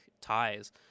ties